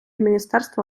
міністерства